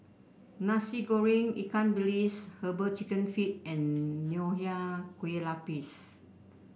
Nasi Goreng Ikan Bilis herbal chicken feet and Nonya Kueh Lapis